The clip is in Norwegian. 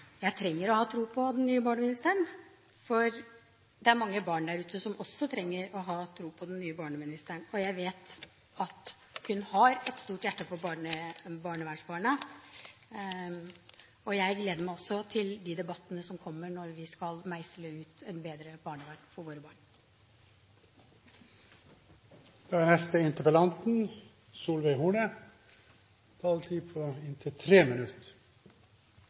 Jeg trenger å ha tro på den nye barneministeren, for det er mange barn der ute som også trenger å ha tro på den nye barneministeren. Jeg vet at hun har et stort hjerte for barnevernsbarna. Jeg gleder meg også til de debattene som kommer når vi skal meisle ut et bedre barnevern for våre